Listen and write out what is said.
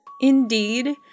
indeed